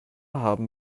haben